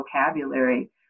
vocabulary